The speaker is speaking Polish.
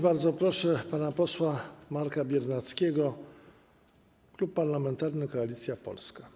Bardzo proszę pana posła Marka Biernackiego, Klub Parlamentarny Koalicja Polska.